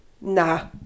Nah